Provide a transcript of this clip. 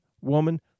woman